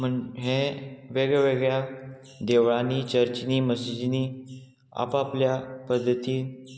म्हण हे वेगळ्यावेगळ्या देवळांनी चर्चींनी मसिजीनी आप आपल्या पद्दतीन